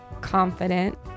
confident